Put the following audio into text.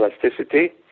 plasticity